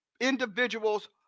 individual's